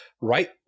right